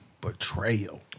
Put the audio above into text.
Betrayal